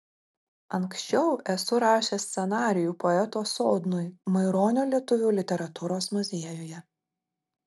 anksčiau esu rašęs scenarijų poeto sodnui maironio lietuvių literatūros muziejuje